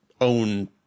own